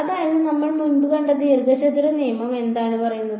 അതായത് നമ്മൾ മുൻപ് കണ്ട ദീർഘാച്ചതുര നിയമം എന്താണ് പറയുന്നത്